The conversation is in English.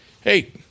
hey